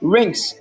Rings